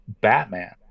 Batman